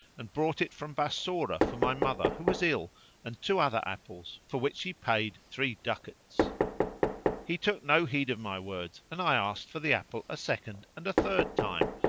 and brought it from bassorah for my mother who was ill and two other apples for which he paid three ducats he took no heed of my words and i asked for the apple a second and a third time,